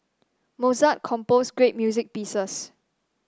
Mozart composed great music pieces